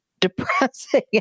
depressing